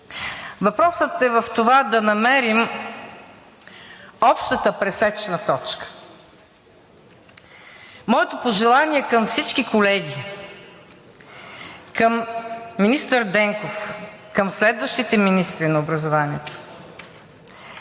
Въпросът е в това да намерим общата пресечна точка. Моето пожелание към всички колеги, към министър Денков, към следващите министри на образованието